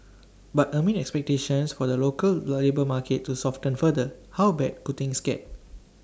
but amid expectations for the local labour market to soften further how bad could things get